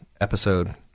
episode